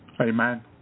Amen